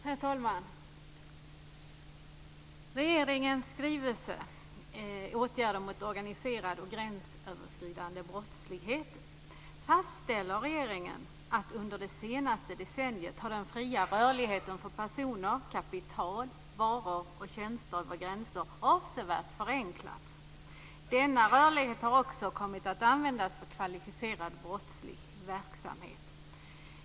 Herr talman! I regeringens skrivelse om åtgärder mot organiserad och gränsöverskridande brottslighet fastställer regeringen att den fria rörligheten över gränser för personer, kapital, varor och tjänster under det senaste decenniet avsevärt har förenklats. Denna rörlighet har också kommit att användas för kvalificerad brottslig verksamhet.